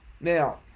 now